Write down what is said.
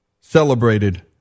celebrated